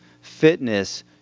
fitness